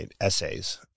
essays